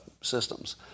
systems